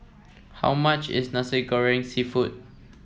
how much is Nasi Goreng seafood